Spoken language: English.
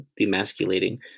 demasculating